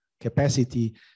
capacity